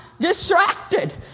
distracted